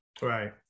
right